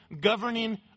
governing